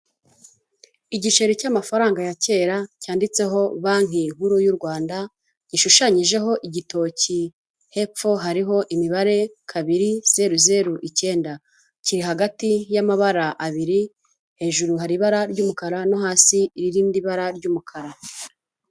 Igiceri cy'amafaranga ya kera cyanditseho banki nkuru y'u Rwanda, gishushanyijeho igitoki, hepfo hariho imibare, kabiri, zeru zeru, icyenda. Kiri hagati y'amabara abiri, hejuru hari ibara ry'umukara no hasi irindi bara ry'umukara.